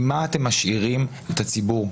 עם מה אתם משאירים את הציבור?